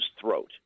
throat